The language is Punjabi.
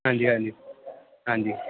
ਹਾਂਜੀ ਹਾਂਜੀ ਹਾਂਜੀ